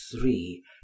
three